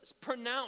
pronounce